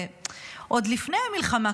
ועוד לפני המלחמה,